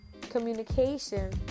communication